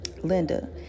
Linda